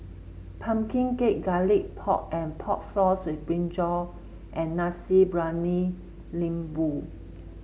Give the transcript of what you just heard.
pumpkin cake Garlic Pork and Pork Floss with brinjal and Nasi Briyani Lembu